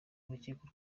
urukiko